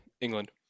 England